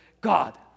God